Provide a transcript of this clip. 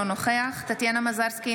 אינו נוכח טטיאנה מזרסקי,